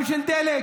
גם של דלק.